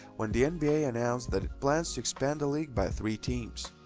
when the and nba announced that it plans to expand the league by three teams.